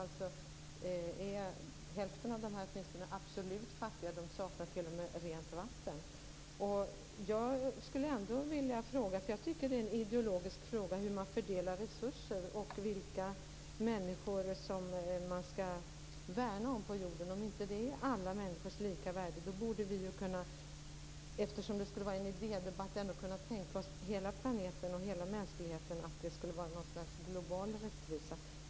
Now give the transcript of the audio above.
Åtminstone hälften av de absolut fattiga saknar t.o.m. rent vatten. Jag tycker att det är en ideologisk fråga hur man fördelar resurser och vilka människor man skall värna om på jorden. Har inte alla människor lika värde? Eftersom detta skulle vara en idédebatt borde vi kunna tänka oss att det skulle finnas något slags global rättvisa för hela planeten och hela mänskligheten.